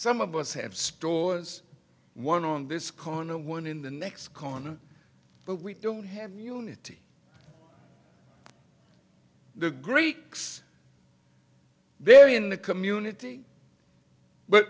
some of us have spores one on this corner and one in the next corner but we don't have unity the greeks there in the community but